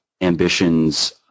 ambitions